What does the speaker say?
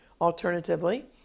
alternatively